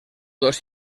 dos